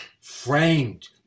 Framed